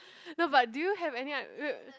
no but do you have any id~ wait